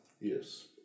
Yes